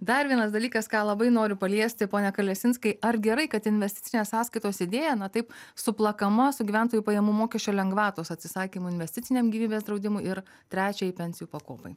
dar vienas dalykas ką labai noriu paliesti pone kalesinskai ar gerai kad investicinės sąskaitos idėja na taip suplakama su gyventojų pajamų mokesčio lengvatos atsisakymu investiciniam gyvybės draudimui ir trečiai pensijų pakopai